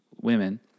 women